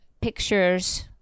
pictures